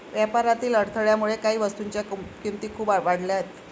व्यापारातील अडथळ्यामुळे काही वस्तूंच्या किमती खूप वाढल्या आहेत